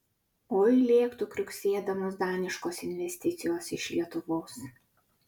oi lėktų kriuksėdamos daniškos investicijos iš lietuvos